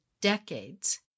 decades